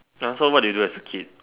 !huh! so what did you do as a kid